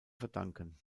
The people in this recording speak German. verdanken